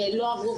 לא עברו,